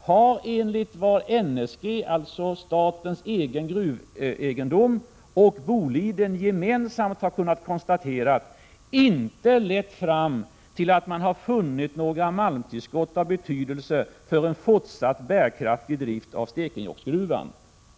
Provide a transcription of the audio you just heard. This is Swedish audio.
har, enligt vad NSG, nämnden för statens gruvegendom, och Boliden gemensamt kunnat konstatera, inte lett fram till att man har funnit några malmtillskott av betydelse för en fortsatt bärkraftig drift i Stekenjokksgruvan.